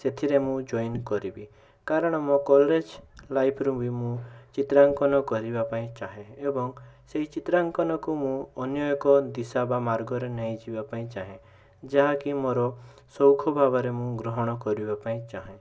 ସେଥିରେ ମୁଁ ଜଏନ୍ କରିବି କାରଣ ମୋ କଲେଜ ଲାଇଫ୍ରୁ ବି ମୁଁ ଚିତ୍ରାଙ୍କନ କରିବା ପାଇଁ ଚାହେଁ ଏବଂ ସେହି ଚିତ୍ରାଙ୍କନକୁ ମୁଁ ଅନ୍ୟ ଏକ ଦିଶା ବା ମାର୍ଗରେ ନେଇ ଯିବା ପାଇଁ ଚାହେଁ ଯାହା କି ମୋର ସୌଖ ଭାବରେ ମୁଁ ଗ୍ରହଣ କରିବା ପାଇଁ ଚାହେଁ